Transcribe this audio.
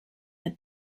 had